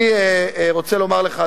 אני רוצה לומר לך,